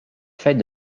fête